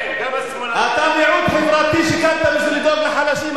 אתה מיעוט חברתי שגם צריך לדאוג לחלשים.